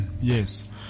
Yes